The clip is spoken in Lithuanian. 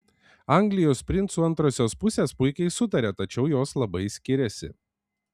anglijos princų antrosios pusės puikiai sutaria tačiau jos labai skiriasi